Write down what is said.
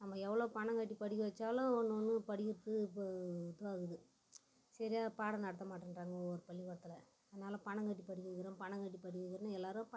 நம்ம எவ்வளோ பணம் கட்டி படிக்க வச்சாலும் ஒன்றும் ஒன்றும் படிக்கிறத்துக்கு இப்போ இதுவாகுது சரியா பாடம் நடத்த மாட்டிங்கிறாங்க ஒவ்வொரு பள்ளிக்கூடத்துல அதனால பணம் கட்டி படிக்க வைக்கிறோம் பணம் கட்டி படிக்க வைக்கிறதும் எல்லோரும் பணம் கட்டியே